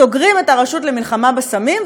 סוגרים את הרשות למלחמה בסמים,